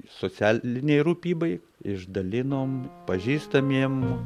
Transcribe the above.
socialinei rūpybai išdalinom pažįstamiem